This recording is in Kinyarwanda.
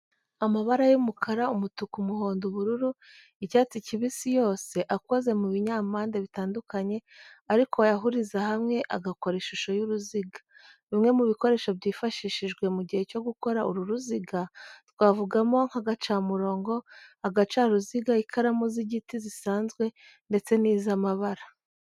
Amabara y'umukara, umutuku, umuhondo, ubururu, icyatsi kibisi yose akoze mu binyampande bitandukanye ariko wayahuriza hamwe agakora ishusho y'uruziga. Bimwe mu bikoresho byifashishijwe mu gihe cyo gukora uru ruziga, twavugamo nk'agacamurongo, agacaruziga, ikaramu z'igiti zisanzwe ndetse n'iz'amabara.